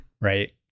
right